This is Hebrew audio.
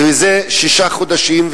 זה שישה חודשים,